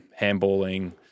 handballing